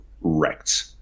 wrecked